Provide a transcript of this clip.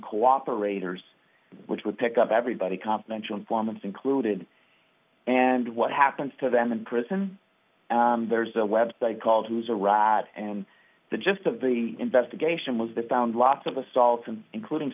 cooperators which would pick up everybody confidential informants included and what happens to them in prison and there's a website called who's a rat and the gist of the investigation was the found lots of assaults and including